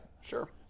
Sure